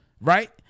Right